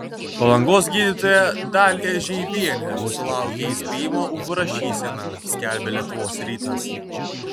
palangos gydytoja dalija žeibienė sulaukė įspėjimo už rašyseną skelbia lietuvos rytas